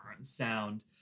sound